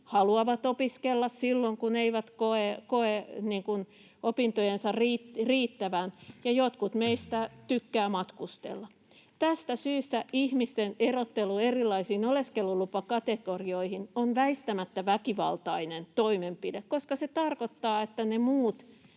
haluavat opiskella silloin, kun eivät koe opintojensa riittävän, ja jotkut meistä tykkäävät matkustella. Tästä syystä ihmisten erottelu erilaisiin oleskelulupakategorioihin on väistämättä väkivaltainen toimenpide, koska se tarkoittaa, että ne muut